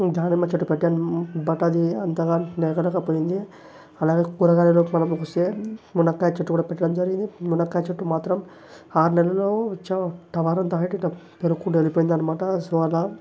దానిమ్మ చెట్టు పెట్టాను బట్ అది అంతగా నిలకడలేకపోయింది అలాగే కూరగాయల్లో మనం చుస్తే మునక్కాయ చెట్టు కూడా పెట్టడం జరిగింది మునక్కాయ చెట్టు మాత్రం ఆరు నెలల్లో అచ్చం టవరంత హైట్ ఇట్ట పెరుకుంటు వెళ్ళిపోయిందన్నమాట సో అలా